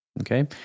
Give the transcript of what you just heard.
Okay